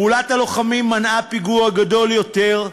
פעולת הלוחמים מנעה פיגוע גדול יותר,